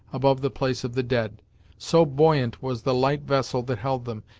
above the place of the dead so buoyant was the light vessel that held them,